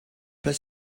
pas